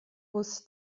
was